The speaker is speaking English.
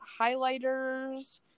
highlighters